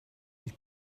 his